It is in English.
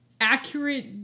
accurate